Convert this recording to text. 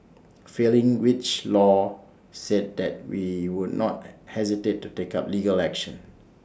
failing which law said that we would not hesitate to take up legal action